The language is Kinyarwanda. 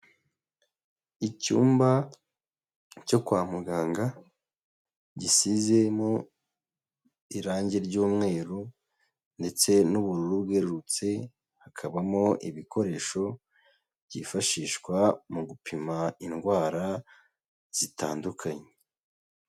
Icyumba cyo kwa muganga gisizemo irangi ry'umweru, ndetse n'ubururu bwererutse hakabamo ibikoresho byifashishwa mu gupima indwara zitandukanye.